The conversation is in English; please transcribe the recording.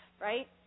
right